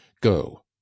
go